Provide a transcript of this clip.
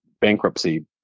bankruptcy